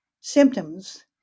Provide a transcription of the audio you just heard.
symptoms